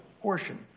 portion